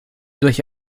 durch